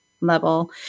level